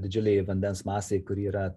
didžiulė vandens masė kuri yra